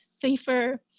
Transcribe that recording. safer